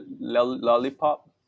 lollipop